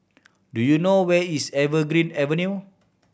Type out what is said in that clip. do you know where is Evergreen Avenue